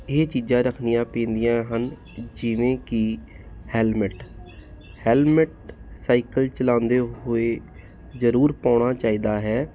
ਇਹ ਚੀਜ਼ਾਂ ਰੱਖਣੀਆਂ ਪੈਂਦੀਆਂ ਹਨ ਜਿਵੇਂ ਕਿ ਹੈਲਮੇਟ ਹੈਲਮਟ ਸਾਈਕਲ ਚਲਾਉਂਦੇ ਹੋਏ ਜ਼ਰੂਰ ਪਾਉਣਾ ਚਾਹੀਦਾ ਹੈ